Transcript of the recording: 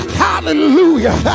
hallelujah